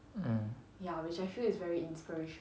mm